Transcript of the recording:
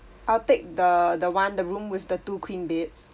I'll take the the one the room with the two queen beds